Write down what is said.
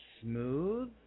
smooth